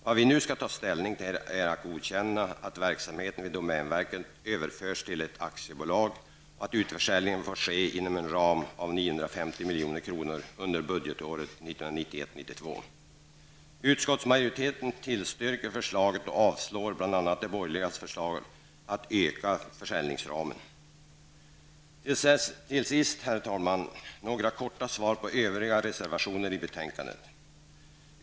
Vad vi nu skall ta ställning till är att godkänna att verksamheten vid domänverket överförs till ett aktiebolag och att en utförsäljning får ske inom en ram på 950 milj.kr. under budetåret Till sist, herr talman, några korta svar beträffande övriga reservationer i betänkandet.